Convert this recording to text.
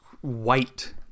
white